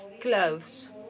clothes